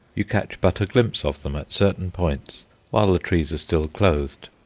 you catch but a glimpse of them at certain points while the trees are still clothed.